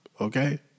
okay